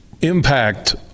impact